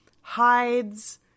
hides